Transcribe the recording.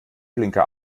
blinker